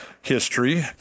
history